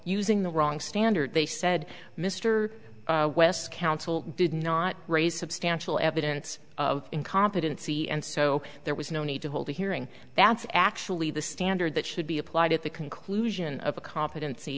using the wrong standard they said mr west counsel did not raise substantial evidence of incompetency and so there was no need to hold a hearing that's actually the standard that should be applied at the conclusion of a competency